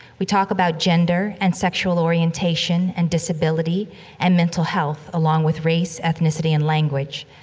we talk about gender and sexual orientation and disability and mental health, along with race, ethnicity, and language.